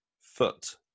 foot